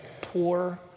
poor